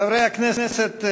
חברי הכנסת,